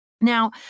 Now